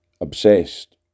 obsessed